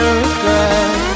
regret